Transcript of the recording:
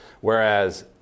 Whereas